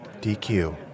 DQ